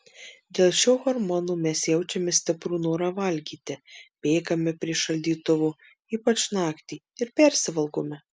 dėl šio hormono mes jaučiame stiprų norą valgyti bėgame prie šaldytuvo ypač naktį ir persivalgome